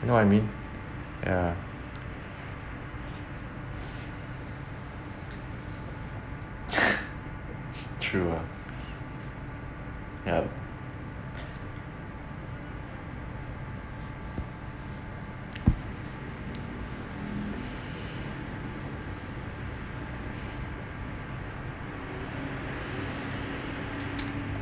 you know what I mean ya true ah yup